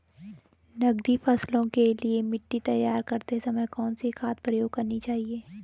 नकदी फसलों के लिए मिट्टी तैयार करते समय कौन सी खाद प्रयोग करनी चाहिए?